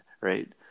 right